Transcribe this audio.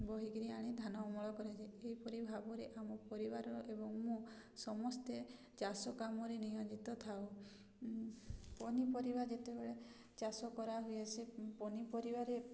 ବୋହିକରି ଆଣି ଧାନ ଅମଳ କରାଯାଏ ଏହିପରି ଭାବରେ ଆମ ପରିବାର ଏବଂ ମୁଁ ସମସ୍ତେ ଚାଷ କାମରେ ନିୟୋଜିତ ଥାଉ ପନିପରିବା ଯେତେବେଳେ ଚାଷ କରାହୁଏ ସେ ପନିପରିବାରେ